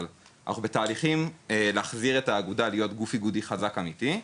אבל אנחנו בתהליכים של להחזיר את האגודה להיות גוף איגודי חזק ואמיתי.